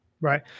Right